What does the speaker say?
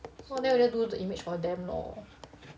so if not we just do the image for them lor